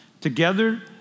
Together